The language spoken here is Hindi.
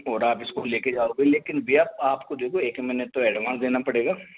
और आप इसको लेके जाओगे लेकिन भैया आप को देखो एक महीने तो एडवांस देना पड़ेगा